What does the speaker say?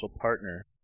partner